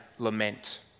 lament